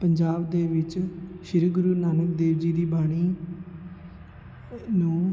ਪੰਜਾਬ ਦੇ ਵਿੱਚ ਸ਼੍ਰੀ ਗੁਰੂ ਨਾਨਕ ਦੇਵ ਜੀ ਦੀ ਬਾਣੀ ਨੂੰ